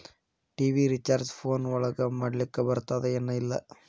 TV recharge phone ಒಳಗ ಮಾಡ್ಲಿಕ್ ಬರ್ತಾದ ಏನ್ ಇಲ್ಲ?